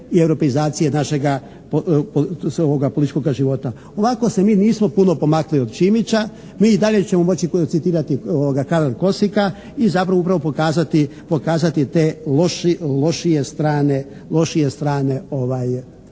i europeizacije našega političkoga života. Ovako se mi nismo puno pomakli od Šimića, mi i dalje ćemo moći … /Ne razumije se./ … i zapravo upravo pokazati te lošije strane